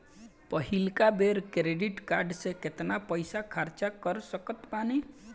पहिलका बेर credit card से केतना पईसा खर्चा कर सकत बानी?